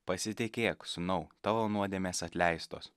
pasitikėk sūnau tavo nuodėmės atleistos